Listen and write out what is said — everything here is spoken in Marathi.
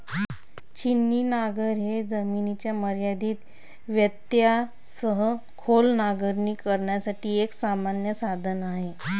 छिन्नी नांगर हे जमिनीच्या मर्यादित व्यत्ययासह खोल नांगरणी करण्यासाठी एक सामान्य साधन आहे